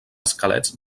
esquelets